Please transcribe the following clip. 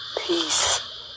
peace